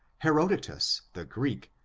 herodotus, the greek,